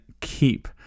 keep